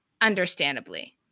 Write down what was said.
understandably